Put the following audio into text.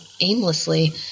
aimlessly